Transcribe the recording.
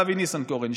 אבי ניסנקורן,